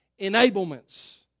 enablements